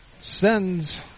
sends